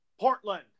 Portland